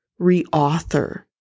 reauthor